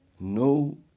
No